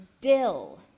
dill